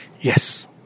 Yes